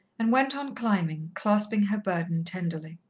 and went on climbing, clasping her burden tenderly.